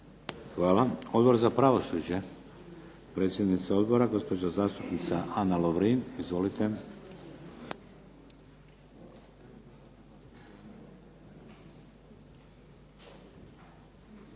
Hvala. Odbor za pravosuđe, predsjednica odbora gospođa zastupnica Ana Lovrin. Izvolite.